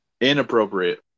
Inappropriate